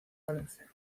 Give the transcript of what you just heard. valencia